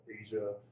Asia